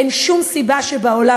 אין שום סיבה שבעולם,